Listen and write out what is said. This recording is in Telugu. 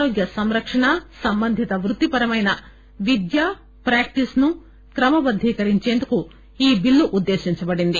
ఆరోగ్య సంరక్షణ సంబంధిత వృత్తిపరమైన విద్యా ప్రాక్టీస్ ను క్రమబద్ధీకరించేందుకు ఈ బిల్లు ఉద్దేశించబడింది